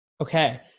Okay